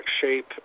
shape